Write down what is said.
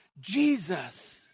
Jesus